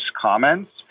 comments